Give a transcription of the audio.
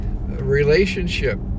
relationship